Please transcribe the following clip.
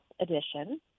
edition